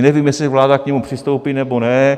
Nevím, jestli vláda k němu přistoupí, nebo ne.